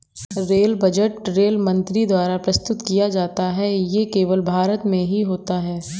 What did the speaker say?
rail budget rail मंत्री द्वारा प्रस्तुत किया जाता है ये केवल भारत में ही होता है